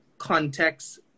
context